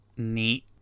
neat